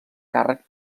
càrrec